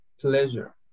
pleasure